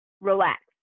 relax